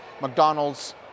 McDonald's